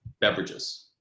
beverages